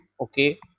Okay